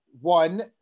one